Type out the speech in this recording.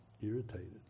irritated